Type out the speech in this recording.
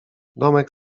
domek